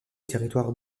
territoire